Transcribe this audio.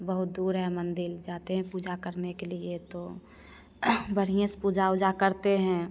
बहुत दूर है मंदिर जाते हैं पूजा करने के लिए तो बढ़िएँ से पूजा उजा करते हैं